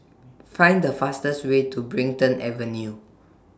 Find The fastest Way to Brighton Avenue